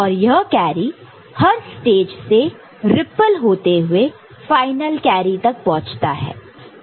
और यही कैरी हर स्टेज से रिप्पल होते हुए फाइनल कैरी तक पहुंचता है